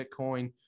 Bitcoin